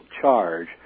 charge